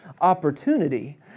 opportunity